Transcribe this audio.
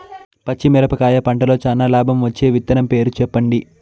పచ్చిమిరపకాయ పంటలో చానా లాభం వచ్చే విత్తనం పేరు చెప్పండి?